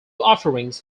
offerings